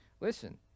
listen